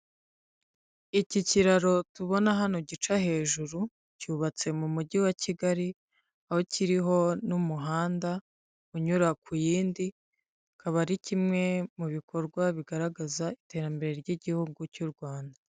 Iki kiraro tubona hano gica hejuru cyubatse mu mujyi wa Kigali, aho kiririho n'umuhanda unyura ku yindi, akaba ari kimwe mu bikorwa bigaragaza iterambere ry'igihugu cy'u Rwanda.